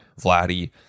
Vladdy